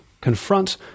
confront